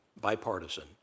bipartisan